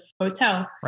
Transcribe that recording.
hotel